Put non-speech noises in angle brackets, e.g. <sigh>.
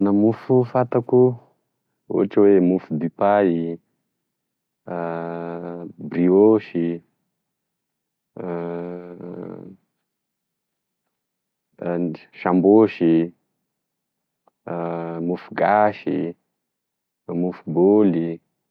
Gne mofo fantako ohatry oe mofo dipay, <hesitation> brioche, <hesitation> sambosy, <hesitation> mofo gasy, mofo bôly.